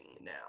now